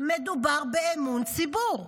מדובר באמון הציבור.